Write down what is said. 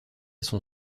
son